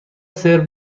سرو